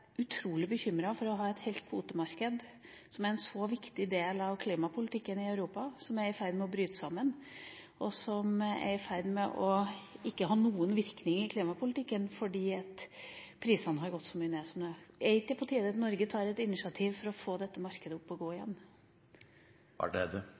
et helt kvotemarked, som er en så viktig del av klimapolitikken i Europa, er i ferd med å bryte sammen, og er i ferd med ikke å ha noen virkning i klimapolitikken, fordi prisene har gått så mye ned som de har. Er det ikke på tide at Norge tar et initiativ for å få dette markedet opp og gå